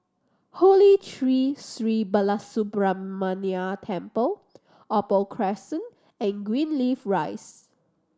Holy Tree Sri Balasubramaniar Temple Opal Crescent and Greenleaf Rise